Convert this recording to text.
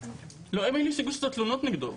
לא, הם אלו שהגישו את התלונות נגדו.